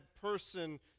person